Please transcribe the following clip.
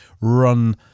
run